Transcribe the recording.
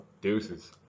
Deuces